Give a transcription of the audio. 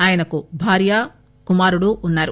ఆయనకు భార్య కుమారుడు ఉన్నారు